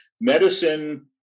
medicine